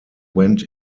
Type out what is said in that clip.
went